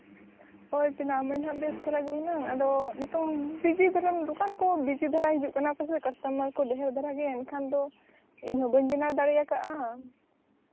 ᱦᱳᱭ ᱵᱮᱱᱟᱣ ᱟᱹᱢᱟᱹᱧ ᱦᱟᱸᱜ ᱵᱮᱥ ᱫᱷᱟᱨᱟ ᱜᱮ ᱦᱩᱱᱟᱹᱝ ᱟᱫᱚ ᱱᱤᱛᱚᱝ ᱵᱤᱡᱤ ᱫᱷᱟᱨᱟ ᱫᱚᱠᱟᱱ ᱠᱚ ᱵᱤᱡᱤ ᱫᱷᱟᱨᱟ ᱦᱤᱡᱩᱜ ᱠᱟᱱᱟ ᱠᱚᱥᱮ ᱠᱟᱥᱴᱚᱢᱟᱨ ᱠᱚ ᱰᱷᱮᱨ ᱫᱷᱟᱨᱟ ᱜᱮᱭᱟ ᱮᱱᱠᱷᱟᱱ ᱫᱚ ᱤᱧᱦᱚᱸ ᱵᱟᱹᱧ ᱵᱮᱱᱟᱣ ᱫᱟᱲᱮ ᱟᱠᱟᱫᱼᱟ